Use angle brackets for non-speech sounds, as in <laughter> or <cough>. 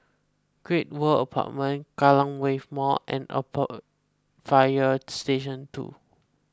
Great World Apartments Kallang Wave Mall and <unintelligible> Fire Station two